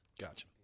gotcha